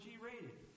G-rated